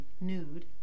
nude